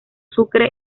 sucre